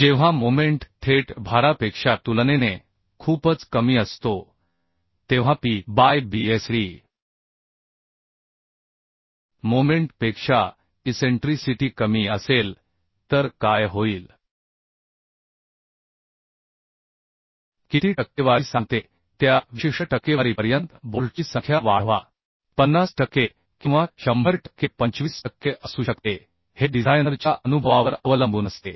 जेव्हा मोमेंट थेट भारापेक्षा तुलनेने खूपच कमी असतो तेव्हा P बाय Bsd मोमेंट पेक्षा इसेंट्रीसिटी कमी असेल तर काय होईल किती टक्केवारी सांगते त्या विशिष्ट टक्केवारीपर्यंत बोल्टची संख्या वाढवा 50 टक्के किंवा 100 टक्के 25 टक्के असू शकते हे डिझायनरच्या अनुभवावर अवलंबून असते